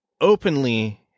openly